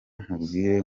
nkubwire